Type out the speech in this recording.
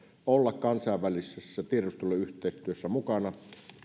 olla kansainvälisessä tiedusteluyhteistyössä mukana